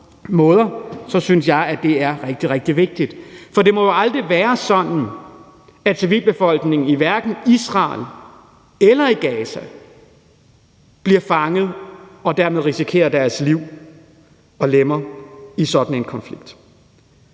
måder, så synes jeg, det er rigtig, rigtig vigtigt. For det må jo aldrig være sådan, at civilbefolkningen hverken i Israel eller Gaza bliver fanget og dermed risikerer deres liv og lemmer i sådan en konflikt.